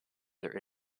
their